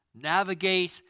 Navigate